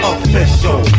Official